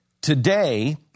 Today